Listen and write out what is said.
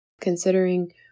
considering